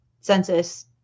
census